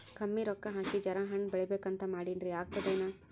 ಕಮ್ಮಿ ರೊಕ್ಕ ಹಾಕಿ ಜರಾ ಹಣ್ ಬೆಳಿಬೇಕಂತ ಮಾಡಿನ್ರಿ, ಆಗ್ತದೇನ?